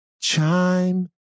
chime